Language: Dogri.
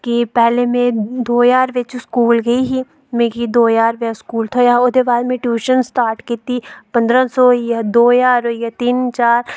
कि पैह्लें में दो ज्हार बिच्च स्कूल गेई ही मिगी दो ज्हार स्कूल च थ्होया ओह्दे बाद में टयूशन शुरु कीती पंदरां सौ होई गेआ दो ज्हार तिन्न